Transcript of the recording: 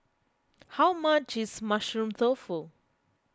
how much is Mushroom Tofu